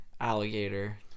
alligator